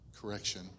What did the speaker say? correction